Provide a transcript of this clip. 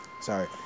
Sorry